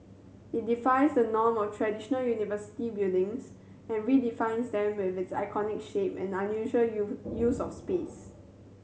it defies the norm of traditional university buildings and redefines them with its iconic shape and unusual use of space